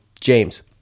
James